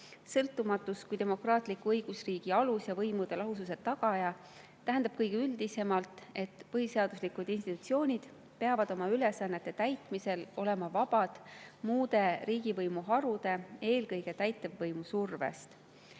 Sõltumatus kui demokraatliku õigusriigi alus ja võimude lahususe tagaja tähendab kõige üldisemalt, et põhiseaduslikud institutsioonid peavad oma ülesannete täitmisel olema vabad muude riigivõimuharude, eelkõige täitevvõimu survest.